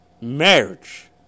Marriage